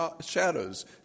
shadows